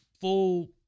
full